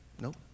Nope